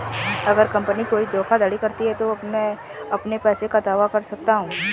अगर कंपनी कोई धोखाधड़ी करती है तो मैं अपने पैसे का दावा कैसे कर सकता हूं?